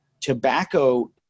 tobacco